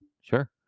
sure